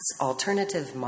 alternative